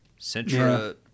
Centra